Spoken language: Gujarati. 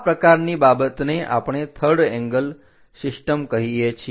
આ પ્રકારની બાબતને આપણે થર્ડ એંગલ સિસ્ટમ કહીએ છીએ